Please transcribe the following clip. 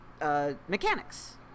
mechanics